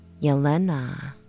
Yelena